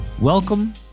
Welcome